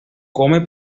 come